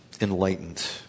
enlightened